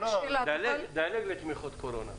דלג לתמיכות קורונה בבקשה.